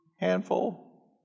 handful